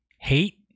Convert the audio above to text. hate